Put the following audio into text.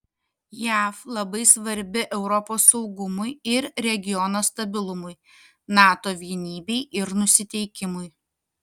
jav labai svarbi europos saugumui ir regiono stabilumui nato vienybei ir nusiteikimui